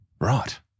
Right